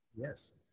Yes